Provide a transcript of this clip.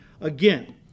again